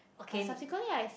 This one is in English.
but subsequently I